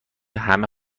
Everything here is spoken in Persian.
همه